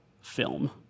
Film